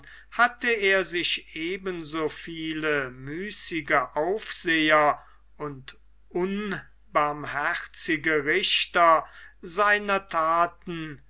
hatte er sich eben so viele müßige aufseher und unbarmherzige richter seiner thaten